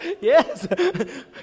yes